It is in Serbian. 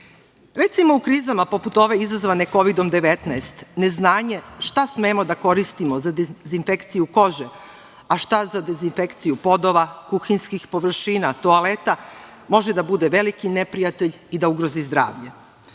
način. Recimo, u krizama poput ove izazvane Kovidom 19 neznanje šta smemo da koristimo za dezinfekciju kože, a šta za dezinfekciju podova, kuhinjskih površina, toaleta, može da bude veliki neprijatelj i da ugrozi zdravlje.